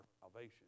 salvation